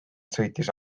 sõitis